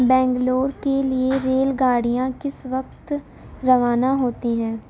بنگلور کے لئے ریل گاڑیاں کس وقت روانہ ہوتی ہیں